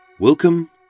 Welcome